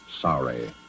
Sorry